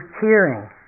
hearing